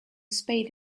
spade